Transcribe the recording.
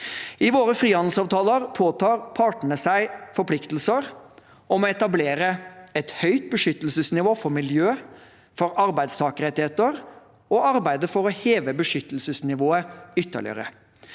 I våre frihandelsavtaler påtar partene seg forpliktelser om å etablere et høyt beskyttelsesnivå for miljø og arbeidstakerrettigheter, og å arbeide for å heve beskyttelsesnivået ytterligere.